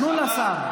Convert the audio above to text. תנו לשר.